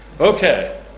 Okay